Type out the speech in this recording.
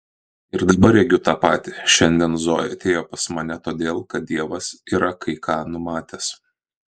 ir dabar regiu tą patį šiandien zoja atėjo pas mane todėl kad dievas yra kai ką numatęs